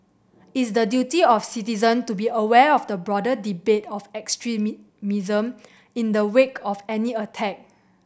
it's the duty of citizens to be aware of the broader debate of extremism in the wake of any attack